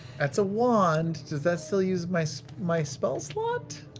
that's a wand. does that still use my so my spell slot?